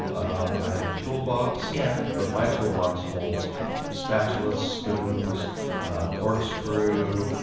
um i have a toolbox, yeah but my toolbox holds spatulas, spoons, a corkscrew,